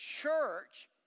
church